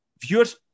viewers